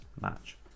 match